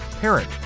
parent